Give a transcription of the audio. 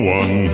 one